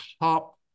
top